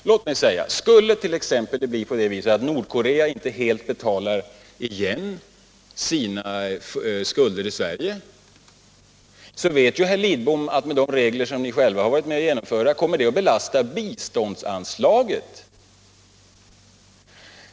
Skulle det bli så att t.ex. Nordkorea inte helt betalar igen sina skulder till Sverige, så vet herr Lidbom att med de regler som ni själv har varit med om att genomföra, så skulle det kunna komma att belasta biståndsanslaget.